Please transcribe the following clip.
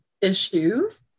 issues